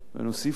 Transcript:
ונוסיף לה